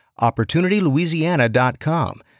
OpportunityLouisiana.com